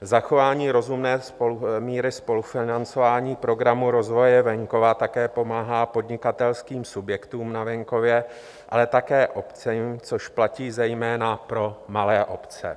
Zachování rozumné míry spolufinancování programu rozvoje venkova také pomáhá podnikatelským subjektům na venkově, ale také obcím, což platí zejména pro malé obce.